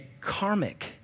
karmic